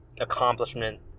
accomplishment